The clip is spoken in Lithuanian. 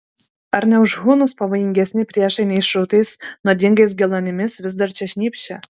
ar ne už hunus pavojingesni priešai neišrautais nuodingais geluonimis vis dar čia šnypščia